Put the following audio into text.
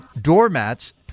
doormats